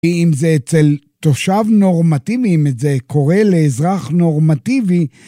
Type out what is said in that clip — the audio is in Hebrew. כי אם זה אצל תושב נורמטיבי, אם זה קורה לאזרח נורמטיבי...